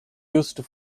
used